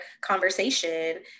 conversation